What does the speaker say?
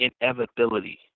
inevitability